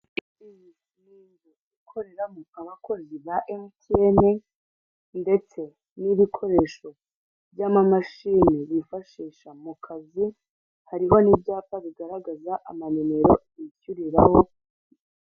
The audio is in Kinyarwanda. Iyi ni inzi ikoreramo abakozi ba emutiyene, ndetse n'ibikoresho by'amamashini bifashisha mu kazi, hariho n'ibyapa bigaragaza amanimero bishyuriraho.